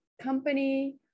company